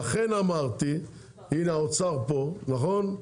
לכן אמרתי הנה האוצר פה, נכון?